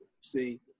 see